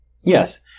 Yes